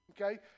okay